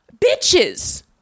Bitches